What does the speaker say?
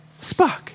Spock